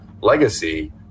legacy